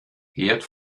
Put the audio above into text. herd